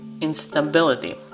instability